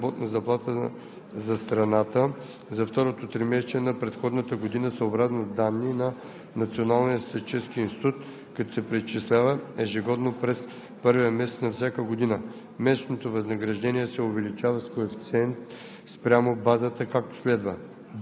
„Базата за определяне размера на основното месечно възнаграждение за най-ниската длъжност е средната работна заплата за страната за второто тримесечие на предходната година, съобразно данни на Националния статистически институт, като се преизчислява ежегодно през първия месец на всяка година.